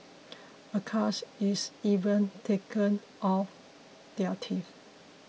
a cast is even taken of their teeth